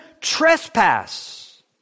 trespass